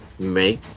make